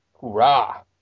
Hurrah